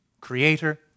Creator